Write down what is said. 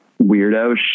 weirdo